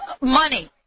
money